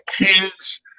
kids